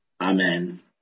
Amen